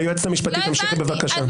היועצת המשפטית תמשיך, בבקשה.